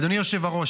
אדוני היושב-ראש,